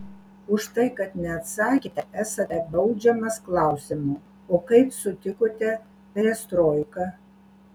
už tai kad neatsakėte esate baudžiamas klausimu o kaip sutikote perestroiką